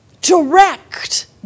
direct